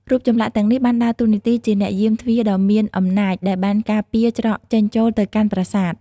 រូបចម្លាក់ទាំងនោះបានដើរតួនាទីជាអ្នកយាមទ្វារដ៏មានអំណាចដែលបានការពារច្រកចេញចូលទៅកាន់ប្រាសាទ។